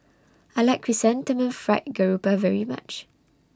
I like Chrysanthemum Fried Garoupa very much